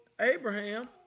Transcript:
Abraham